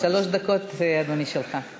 שלוש דקות, אדוני, שלך.